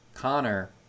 Connor